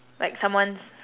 like someone